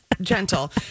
gentle